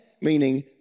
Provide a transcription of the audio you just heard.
meaning